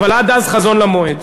אבל עד אז חזון למועד.